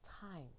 time